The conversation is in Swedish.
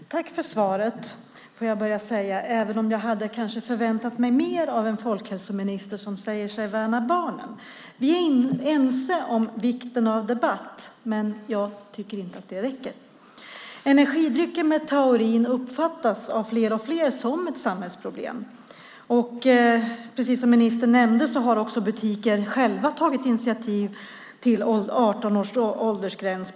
Herr talman! Tack för svaret, får jag börja med att säga, även om jag kanske hade förväntat mig mer av en folkhälsominister som säger sig värna barnen. Vi är ense om vikten av debatt, men jag tycker inte att det räcker. Energidrycker med taurin uppfattas av fler och fler som ett samhällsproblem. Som ministern nämnde har butiker själva, bland annat i Sandviken, tagit initiativ till 18 års åldersgräns.